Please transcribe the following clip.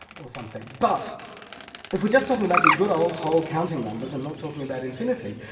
or something. but if we're just talking about the good old whole counting numbers and not talking about infinity,